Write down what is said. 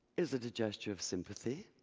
is it a gesture of sympathy?